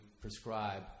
prescribe